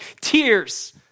tears